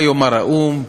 מה יאמר האו"ם,